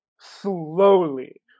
slowly